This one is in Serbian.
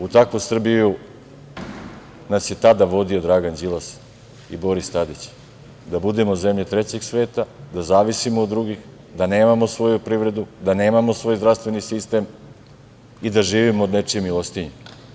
U takvu Srbiju nas je tada vodio Dragan Đilas i Boris Tadić, da budemo zemlja trećeg sveta, da zavisimo od drugih, da nemamo svoju privredu, da nemamo svoj zdravstveni sistem i da živimo od dečije milostinje.